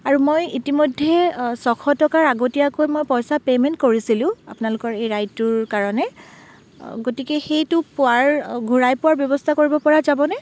আৰু মই ইতিমধ্যেই ছশ টকাৰ আগতীয়াকৈ মই পইচা পে'মেন্ট কৰিছিলোঁ আপোনালোকৰ এই ৰাইডটোৰ কাৰণে গতিকে সেইটো পোৱাৰ ঘূৰাই পোৱাৰ ব্যৱস্থা কৰিবপৰা যাবনে